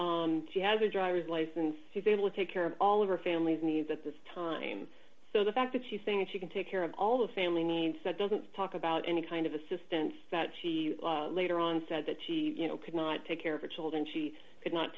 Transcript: needs she has a driver's license she's able to take care of all of her family's needs at this time so the fact that she's saying she can take care of all the family needs that doesn't talk about any kind of assistance that she later on said that she could not take care of her children she could not